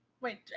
Wait